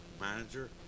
manager